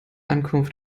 ankunft